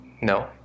No